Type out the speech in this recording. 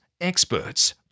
experts